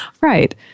Right